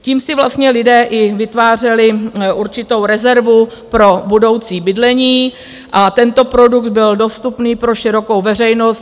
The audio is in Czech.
Tím si vlastně lidé i vytvářeli určitou rezervu pro budoucí bydlení a tento produkt byl dostupný pro širokou veřejnost.